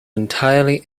entirely